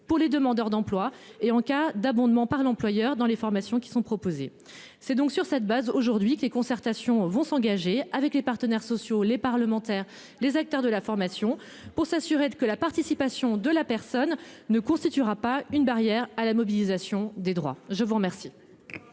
pour les demandeurs d'emploi et en cas d'abondement par l'employeur dans les formations qui sont proposés. C'est donc sur cette base aujourd'hui que les concertations vont s'engager avec les partenaires sociaux, les parlementaires, les acteurs de la formation pour s'assurer que la participation de la personne ne constituera pas une barrière à la mobilisation des droits. Je vous remercie.